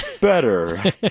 better